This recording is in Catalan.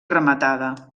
rematada